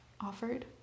offered